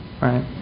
right